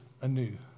anew